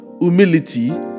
humility